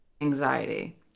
anxiety